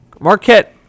Marquette